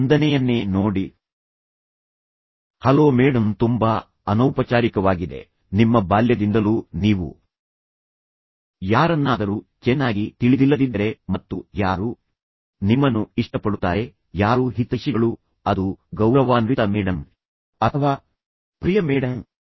ವಂದನೆಯನ್ನೇ ನೋಡಿ hello madam ತುಂಬಾ ಅನೌಪಚಾರಿಕವಾಗಿದೆ ನಿಮ್ಮ ಬಾಲ್ಯದಿಂದಲೂ ನೀವು ಯಾರನ್ನಾದರೂ ಚೆನ್ನಾಗಿ ತಿಳಿದಿಲ್ಲದಿದ್ದರೆ ಮತ್ತು ಯಾರು ಶಿಕ್ಷಕರಾಗಿದ್ದಾರೆ ಯಾರು ನಿಮ್ಮನ್ನು ಇಷ್ಟಪಡುತ್ತಾರೆ ಯಾರು ಹಿತೈಷಿಗಳು ಯಾರು ನಿಮ್ಮ ಕುಟುಂಬದ ಸ್ನೇಹಿತರು ಮತ್ತು ನಂತರ ಆ ವ್ಯಕ್ತಿಯು ಸುರಕ್ಷಿತವಾಗಿದ್ದರೆ ಅದು ಗೌರವಾನ್ವಿತ ಮೇಡಂ ಅಥವಾ ಪ್ರಿಯ ಮೇಡಂ